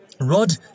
Rod